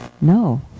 no